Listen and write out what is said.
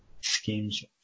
schemes